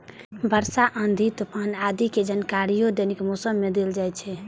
वर्षा, आंधी, तूफान आदि के जानकारियो दैनिक मौसम मे देल जाइ छै